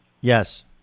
Yes